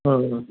হুম হুম